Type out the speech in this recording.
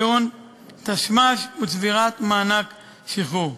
כגון תשמ"ש וצבירת מענק שחרור.